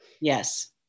yes